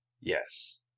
Yes